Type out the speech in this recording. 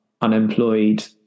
unemployed